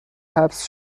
حبس